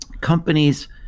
companies